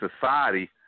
society